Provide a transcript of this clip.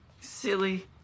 Silly